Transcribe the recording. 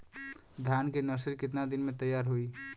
धान के नर्सरी कितना दिन में तैयार होई?